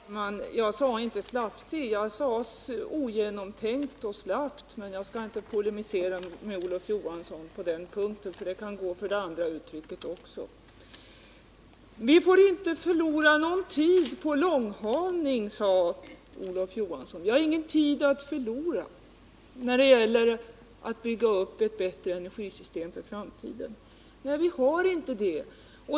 Herr talman! Jag sade inte ”slafsig”, jag sade ”ogenomtänkt och slappt”. Men jag skall inte polemisera mot Olof Johansson på den punkten — jag kan gå med på det andra uttrycket också. Vi får inte förlora någon tid på långhalning, sade Olof Johansson, vi har ingen tid att förlora när det gäller att bygga upp ett bättre energisystem för f-amtiden. Nej, vi har inte det.